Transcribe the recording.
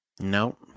No